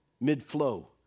mid-flow